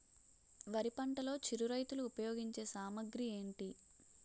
వరి పంటలో చిరు రైతులు ఉపయోగించే సామాగ్రి ఏంటి?